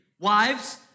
wives